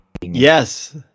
Yes